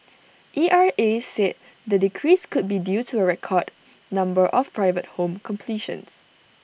E R A said the decrease could be due to A record number of private home completions